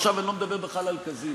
עכשיו אני לא מדבר בכלל על קזינו.